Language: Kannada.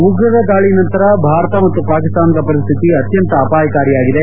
ಉಗ್ರರ ದಾಳಿ ನಂತರ ಭಾರತ ಮತ್ತು ಪಾಕಿಸ್ತಾನದ ಪರಿಸ್ತಿತಿ ಅತ್ಯಂತ ಅಪಾಯಕಾರಿಯಾಗಿವೆ